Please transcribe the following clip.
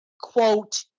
quote